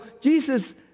Jesus